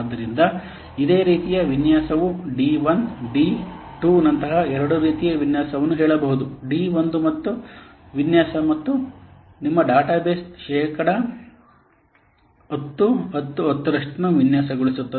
ಆದ್ದರಿಂದ ಇದೇ ರೀತಿಯ ವಿನ್ಯಾಸವು ಡಿ 1 ಡಿ 2 ನಂತಹ ಎರಡು ರೀತಿಯ ವಿನ್ಯಾಸವನ್ನು ಹೇಳಬಹುದು ಡಿ 1 ವಿನ್ಯಾಸ ಮತ್ತು ನಿಮ್ಮ ಡೇಟಾಬೇಸ್ ಪ್ರತಿ ಶೇಕಡಾ 10 10 10 ರಷ್ಟನ್ನು ವಿನ್ಯಾಸಗೊಳಿಸುತ್ತದೆ